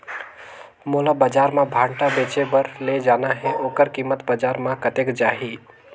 मोला बजार मां भांटा बेचे बार ले जाना हे ओकर कीमत बजार मां कतेक जाही?